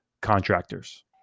contractors